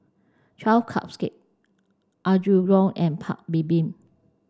twelve Cupcakes Apgujeong and Paik Bibim